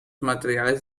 materiales